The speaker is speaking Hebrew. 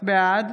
בעד